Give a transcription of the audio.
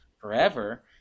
forever